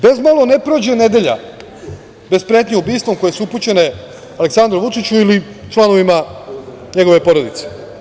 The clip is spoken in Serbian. Ne prođe nedelja bez pretnji ubistvom koje su upućene Aleksandru Vučiću ili članovima njegove porodice.